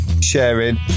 sharing